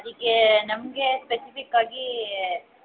ಅದಕ್ಕೆ ನಮ್ಗೆ ಸ್ಪೆಸಿಫಿಕ್ಕಾಗಿ